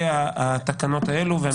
לגבי התקנות האלה.